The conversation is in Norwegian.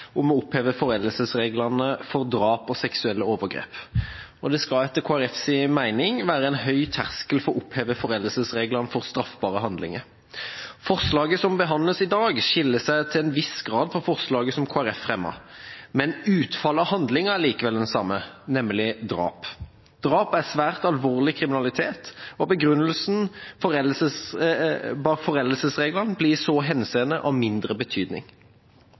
skal etter Kristelig Folkepartis mening være en høy terskel for å oppheve foreldelsesreglene for straffbare handlinger. Forslaget som behandles i dag, skiller seg til en viss grad fra forslaget som Kristelig Folkeparti fremmet, men utfallet av handlingen er likevel den samme, nemlig drap. Drap er svært alvorlig kriminalitet, og begrunnelsen bak foreldelsesreglene blir i så henseende av mindre betydning.